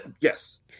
Yes